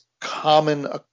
common